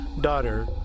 daughter